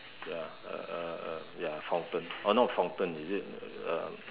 ya a a a ya fountain oh no fountain is it err